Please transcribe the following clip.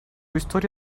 historia